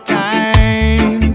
time